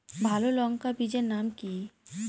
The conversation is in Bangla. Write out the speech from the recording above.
ভালো লঙ্কা বীজের নাম কি?